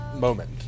moment